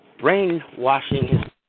brainwashing